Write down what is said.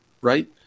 right